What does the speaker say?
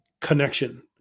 connection